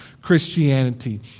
Christianity